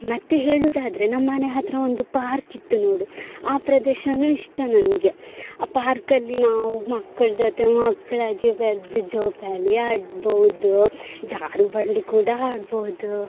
ಮತ್ತು ಹೇಳುವುದಾದ್ರೆ ನಮ್ಮ ಮನೆ ಹತ್ತಿರ ಒಂದು ಪಾರ್ಕಿತ್ತು ನೋಡು ಆ ಪ್ರದೇಶವೂ ಇಷ್ಟ ನನಗೆ ಆ ಪಾರ್ಕಲ್ಲಿ ನಾವು ಮಕ್ಳ ಜೊತೆ ಮಕ್ಕಳಾಗಿ ಬೆರ್ದು ಜೋಕಾಲಿ ಆಡ್ಬೋದು ಜಾರುಬಂಡಿ ಕೂಡ ಆಡ್ಬೋದು